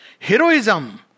Heroism